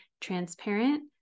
transparent